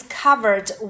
covered